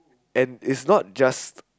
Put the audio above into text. and is not just